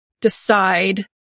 decide